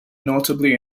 notably